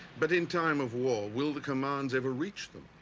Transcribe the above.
but in time of war, will the commands ever reach them?